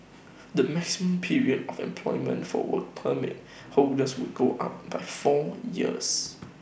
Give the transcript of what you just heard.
the maximum period of employment for Work Permit holders will go up by four years